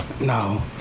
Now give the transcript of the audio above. No